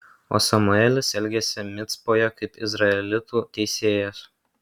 o samuelis elgėsi micpoje kaip izraelitų teisėjas